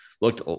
looked